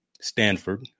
Stanford